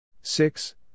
Six